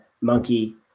monkey